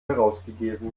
herausgegeben